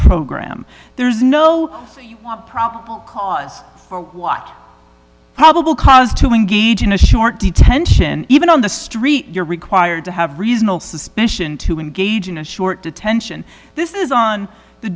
program there's no you want probable cause what probable cause to engage in a short detention even on the street you're required to have reasonable suspicion to engage in a short detention this is on the